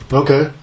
okay